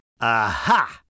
Aha